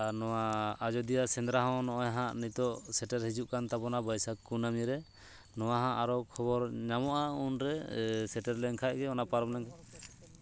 ᱟᱨ ᱱᱚᱣᱟ ᱟᱡᱚᱫᱤᱭᱟ ᱥᱮᱸᱫᱽᱨᱟ ᱦᱚᱸ ᱱᱚᱜᱼᱚᱭ ᱦᱟᱸᱜ ᱱᱤᱛᱚᱜ ᱥᱮᱴᱮᱨ ᱦᱤᱡᱩᱜ ᱠᱟᱱ ᱛᱟᱵᱚᱱᱟ ᱵᱟᱭᱥᱟᱹᱠ ᱠᱩᱱᱟᱹᱢᱤ ᱨᱮ ᱱᱚᱣᱟ ᱦᱟᱸᱜ ᱟᱨᱚ ᱠᱷᱚᱵᱚᱨ ᱧᱟᱢᱚᱜᱼᱟ ᱩᱱᱨᱮ ᱥᱮᱴᱮᱨ ᱞᱮᱱᱠᱷᱟᱡ ᱜᱮ ᱚᱱᱟ ᱯᱟᱨᱚᱢ ᱞᱮᱱ